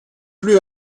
plus